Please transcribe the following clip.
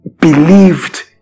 believed